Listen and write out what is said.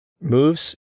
moves